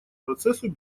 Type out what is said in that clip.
процессу